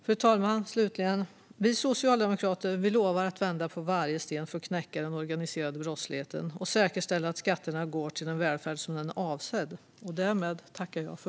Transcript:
Slutligen, fru talman: Vi socialdemokrater lovar att vända på varje sten för att knäcka den organiserade brottsligheten och säkerställa att skatterna går till den välfärd som de är avsedda för.